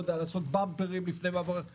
לעשות באמפרים לפני מעברי חציה.